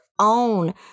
own